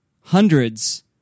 hundreds